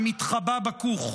יש שרה שמתחבאת בכוך.